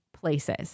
places